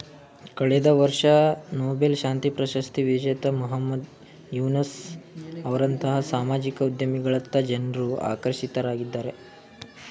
ಕಳೆದ ವರ್ಷ ನೊಬೆಲ್ ಶಾಂತಿ ಪ್ರಶಸ್ತಿ ವಿಜೇತ ಮಹಮ್ಮದ್ ಯೂನಸ್ ಅವರಂತಹ ಸಾಮಾಜಿಕ ಉದ್ಯಮಿಗಳತ್ತ ಜನ್ರು ಆಕರ್ಷಿತರಾಗಿದ್ದಾರೆ